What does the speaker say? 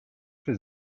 czy